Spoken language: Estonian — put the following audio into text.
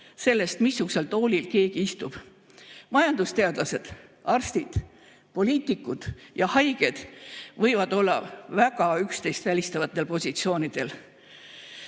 sellest, missugusel toolil keegi istub. Majandusteadlased, arstid, poliitikud ja haiged võivad olla väga üksteist välistavatel positsioonidel.